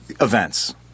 events